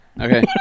Okay